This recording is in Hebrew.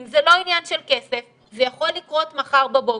אם זה לא עניין של כסף זה יכול לקרות מחר בבוקר.